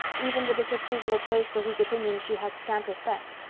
even the disapproval of those for whose opinions she had scant respect.